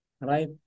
right